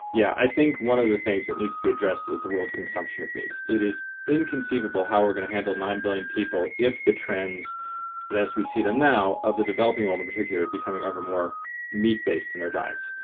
yeah i think one of the things that needs to be addressed is the world consumption of meat. it is inconceivable how we're going to handle nine billion people if the trends as we see them now, of the developing world in particular. becoming ever more meat-based in their diets.